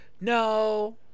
no